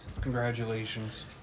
Congratulations